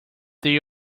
they